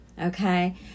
okay